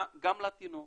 גם לתינוק